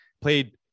played